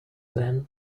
then